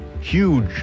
huge